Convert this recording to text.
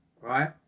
right